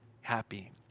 happy